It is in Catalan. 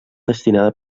destinada